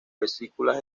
vesículas